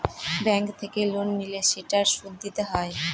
bank থেকে loan নিলে সেটার সুদ দিতে হয়